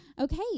Okay